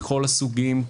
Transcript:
בכל הסוגים,